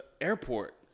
Airport